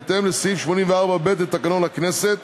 בהתאם לסעיף 84(ב) לתקנון הכנסת.